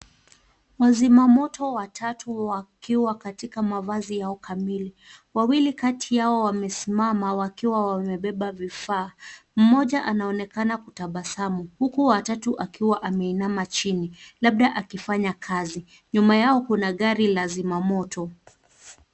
Wazima moto watatu wakiwa katika mavazi yao kamili. Wawili kati yao wamesimama wakiwa wamebeba vifaa. Mmoja anaonekana kutabasamu huku watatu akiwa ameinama chini labda akifanya kazi. Nyuma yao kuna gari la zima moto.